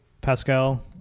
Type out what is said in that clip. Pascal